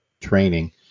training